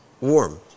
warm